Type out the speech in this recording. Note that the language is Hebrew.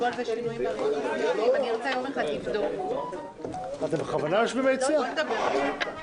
אני מתכבד לפתוח את ישיבת ועדת הכנסת.